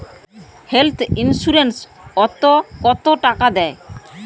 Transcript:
Health insurance ওত কত টাকা দেয়?